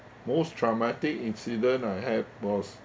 most traumatic incident I have was